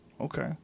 okay